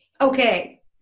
okay